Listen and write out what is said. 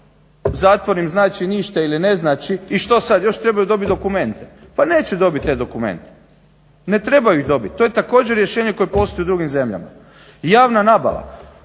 zatvor im znači ništa ili ne znači i što sad još trebaju dobiti dokumente? Pa neće dobiti te dokumente, ne trebaju ih dobiti. To je također rješenje koje postoji u drugim zemljama. Javna nabava,